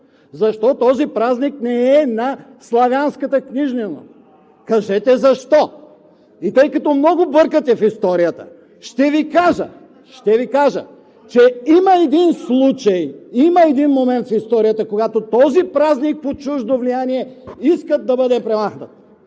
Защо този празник не е на славянската книжнина? Кажете защо. И тъй като много бъркате в историята, ще Ви кажа, че има един случай, има един момент с историята, когато този празник под чуждо влияние искат да бъде премахнат.